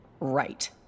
Right